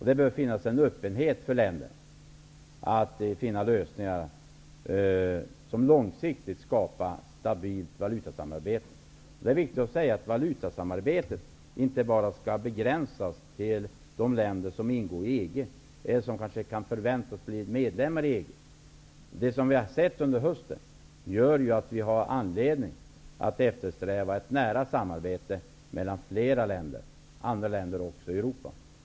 Det bör finnas en öppenhet för länderna att finna lösningar som långsiktigt skapar ett stabilt valutasamarbete. Det är viktigt att säga att valutsamarbetet inte bara skall begränsas till de länder som ingår i EG eller som kanske kan förväntas bli medlemmar i EG. Det som har skett under hösten visar att vi har anledning att eftersträva ett nära samarbete även med flera andra länder, även i Europa.